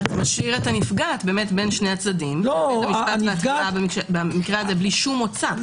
משאיר את הנפגעת בין שני הצדדים בלי שום מוצא.